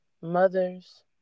mothers